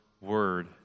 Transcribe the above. Word